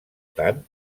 tant